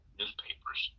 newspapers